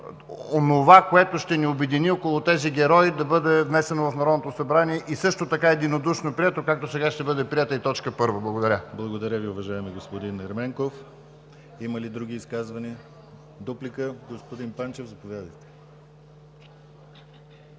онова, което ще ни обедини около тези герои, да бъде внесено в Народното събрание и също така единодушно прието, както сега ще бъде приета и т. 1. Благодаря. ПРЕДСЕДАТЕЛ ДИМИТЪР ГЛАВЧЕВ: Благодаря Ви, уважаеми господин Ерменков. Има ли други изказвания? Дуплика? Господин Панчев, заповядайте.